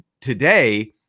today